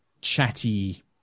chatty